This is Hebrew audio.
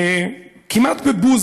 כמעט בבוז,